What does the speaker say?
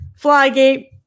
Flygate